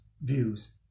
views